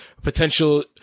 potential